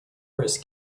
wars